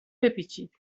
بپیچید